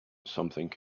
something